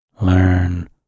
learn